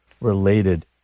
related